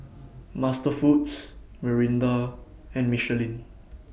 MasterFoods Mirinda and Michelin